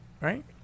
right